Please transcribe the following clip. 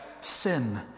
sin